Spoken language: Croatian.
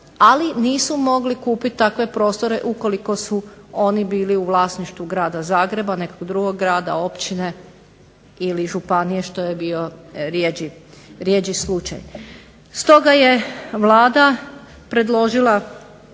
ali nisu mogli kupiti takve prostore ukoliko su oni bili u vlasništvu Grada Zagreba, nekog drugog grada, općine ili županije što je bio rjeđi slučaj. Stoga je Vlada predložila